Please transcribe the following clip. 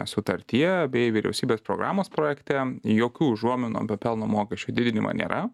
sutartyje bei vyriausybės programos projekte jokių užuominų apie pelno mokesčio didinimą nėra